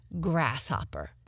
Grasshopper